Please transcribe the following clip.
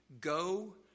go